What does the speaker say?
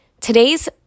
Today's